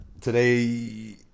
Today